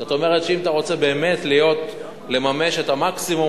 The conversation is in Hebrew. זאת אומרת שאם אתה רוצה באמת לממש את המקסימום,